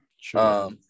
Sure